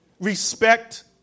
Respect